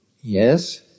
Yes